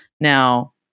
Now